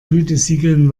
gütesiegeln